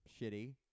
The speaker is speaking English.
shitty